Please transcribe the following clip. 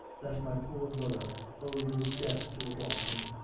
that my poor brother owed his death to a dalton,